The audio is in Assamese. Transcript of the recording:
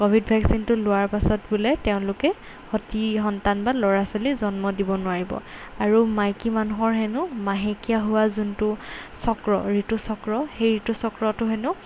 ক'ভিড ভেকচিনটো লোৱাৰ পাছত বোলে তেওঁলোকে সতি সন্তান বা ল'ৰা ছোৱালী জন্ম দিব নোৱাৰিব আৰু মাইকী মানুহৰ হেনো মাহেকীয়া হোৱা যোনটো চক্ৰ ঋতুচক্ৰ সেই ঋতুচক্ৰটো হেনো